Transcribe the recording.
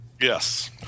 Yes